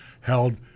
held